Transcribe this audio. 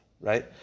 right